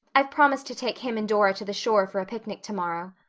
i've promised to take him and dora to the shore for a picnic tomorrow.